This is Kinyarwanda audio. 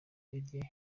irye